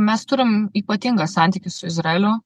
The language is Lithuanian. mes turim ypatingą santykį su izraeliu